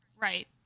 Right